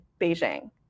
Beijing